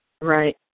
Right